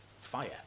fire